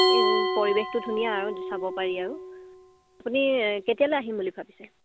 এই পৰিৱেশটো ধুনীয়া আৰু চাব পাৰি আৰু আপুনি কেতিয়ালৈ আহিম বুলি ভাবিছে